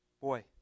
boy